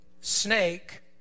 snake